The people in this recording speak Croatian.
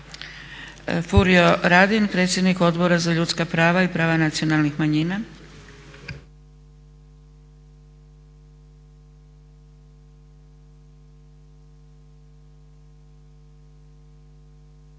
Furio Radin, predsjednik Odbora za ljudska prava i prava nacionalnih manjina.